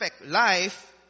life